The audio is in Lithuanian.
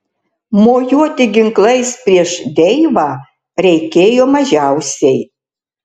mojuoti ginklais prieš deivą reikėjo mažiausiai